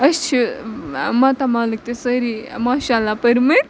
أسۍ چھِ ماتامالٕکۍ تہِ سٲری ماشاءاللہ پٔرۍ مٕتۍ